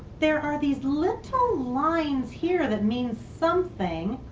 there are these little lines here that mean something.